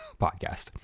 podcast